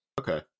Okay